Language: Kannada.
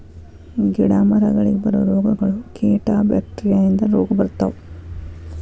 ಗಿಡಾ ಮರಗಳಿಗೆ ಬರು ರೋಗಗಳು, ಕೇಟಾ ಬ್ಯಾಕ್ಟೇರಿಯಾ ಇಂದ ರೋಗಾ ಬರ್ತಾವ